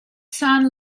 san